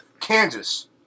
Kansas